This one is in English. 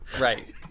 Right